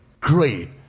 Great